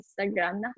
Instagram